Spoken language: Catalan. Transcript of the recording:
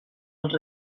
els